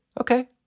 okay